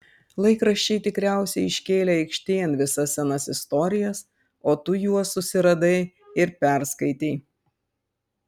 laikraščiai tikriausiai iškėlė aikštėn visas senas istorijas o tu juos susiradai ir perskaitei